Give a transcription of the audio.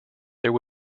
there